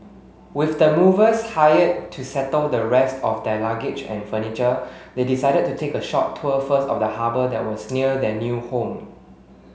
with the movers hired to settle the rest of their luggage and furniture they decided to take a short tour first of the harbour that was near their new home